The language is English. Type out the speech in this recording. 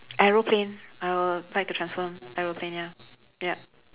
aeroplane I will like to transform aeroplane ya yup